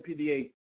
PDA